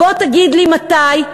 בוא תגיד לי מתי,